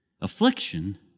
affliction